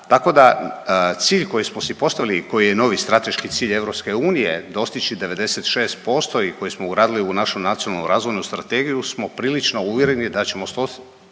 Tako da cilj koji smo si postavili, koji je novi strateški cilj Europske unije, dostići 96% i koji smo ugradili u našu nacionalnu razvojnu strategiju, smo prilično uvjereni, da ćemo